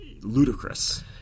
ludicrous